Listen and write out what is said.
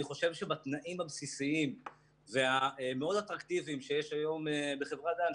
אני חושב שבתנאים הבסיסיים והמאוד אטרקטיביים שיש היום בחברת דן,